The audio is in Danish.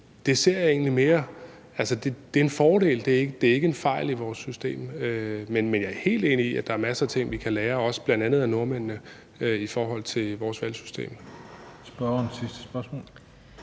stemmer – egentlig mere er en fordel; det er ikke en fejl i vores system. Men jeg er helt enig i, at der er masser af ting, vi kan lære – bl.a. også af nordmændene – i forhold til vores valgsystem.